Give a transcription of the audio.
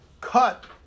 cut